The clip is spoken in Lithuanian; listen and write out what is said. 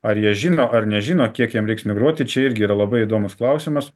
ar jie žino ar nežino kiek jam reiks migruoti čia irgi yra labai įdomus klausimas